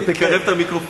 תקרב את המיקרופון.